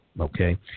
okay